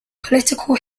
political